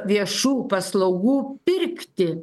viešų paslaugų pirkti